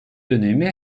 dönemi